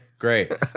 great